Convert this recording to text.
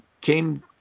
came